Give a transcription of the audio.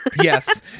Yes